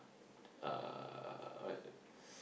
uh what